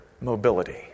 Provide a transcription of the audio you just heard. mobility